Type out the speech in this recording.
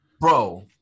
Bro